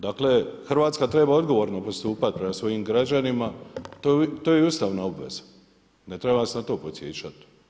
Dakle Hrvatska treba odgovorno postupat prema svojim građanima, to joj je ustavna obaveza, ne trebam, vas na to podsjeća.